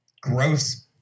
gross